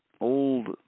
old